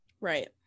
Right